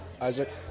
Isaac